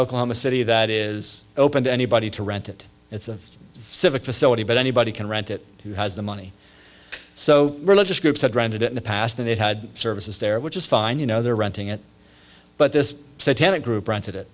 oklahoma city that is open to anybody to rent it it's a civic facility but anybody can rent it who has the money so religious groups had rented it in the past and it had services there which is fine you know they're renting it but this santana group rented it